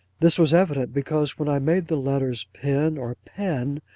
this was evident, because, when i made the letters pin, or pen,